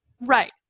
right